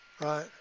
Right